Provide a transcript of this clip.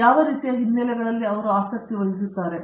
ಯಾವ ರೀತಿಯ ಹಿನ್ನೆಲೆಗಳಲ್ಲಿ ಅವರು ಆಸಕ್ತಿ ವಹಿಸುತ್ತಾರೆ